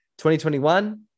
2021